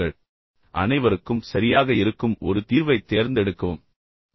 இப்போது இறுதியாக அனைவருக்கும் சரியாக இருக்கும் ஒரு தீர்வைத் தேர்ந்தெடுக்க முயற்சிக்கவும்